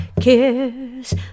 kiss